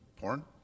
Porn